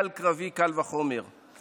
קל וחומר חייל קרבי.